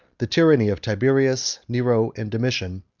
the tyranny of tiberius, nero, and domitian,